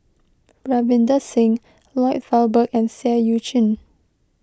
Ravinder Singh Lloyd Valberg and Seah Eu Chin